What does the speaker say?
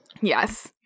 Yes